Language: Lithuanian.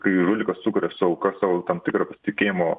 kai žulikas sukuria su auka savo tam tikrą tikėjimo